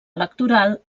electoral